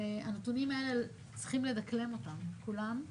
והנתונים האלה צריכים לדקלם אותם, את כולם,